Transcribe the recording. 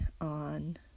on